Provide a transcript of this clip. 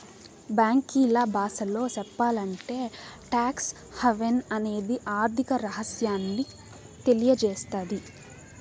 బ్యాంకీల బాసలో సెప్పాలంటే టాక్స్ హావెన్ అనేది ఆర్థిక రహస్యాన్ని తెలియసేత్తది